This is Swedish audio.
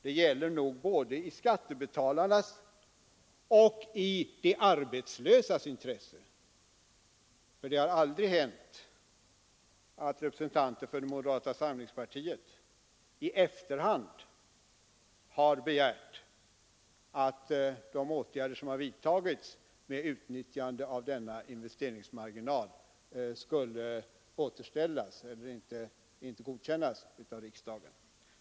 Det ligger nog både i skattebetalarnas och i de arbetslösas intresse, för det har aldrig hänt att representanter för moderata samlingspartiet i efterhand har begärt att åtgärder som har vidtagits med utnyttjande av denna investeringsmarginal skulle underkännas av riksdagen.